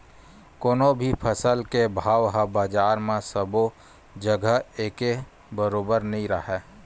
कोनो भी फसल के भाव ह बजार म सबो जघा एके बरोबर नइ राहय